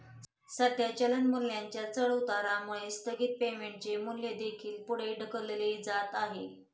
सध्या चलन मूल्याच्या चढउतारामुळे स्थगित पेमेंटचे मूल्य देखील पुढे ढकलले जात आहे